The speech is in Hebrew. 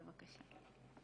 בבקשה.